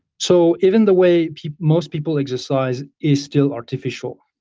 so, even the way most people exercise is still artificial.